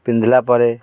ପିନ୍ଧିଲା ପରେ